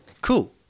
cool